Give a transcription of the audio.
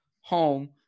home